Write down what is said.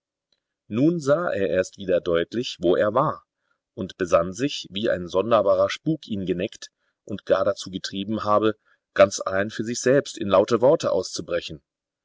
nun sah er erst wieder deutlich wo er war und besann sich wie ein sonderbarer spuk ihn geneckt und gar dazu getrieben habe ganz allein für sich selbst in laute worte auszubrechen